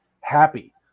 happy